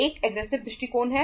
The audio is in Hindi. एक हेजिंग दृष्टिकोण है